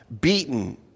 beaten